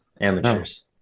Amateurs